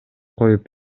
коюп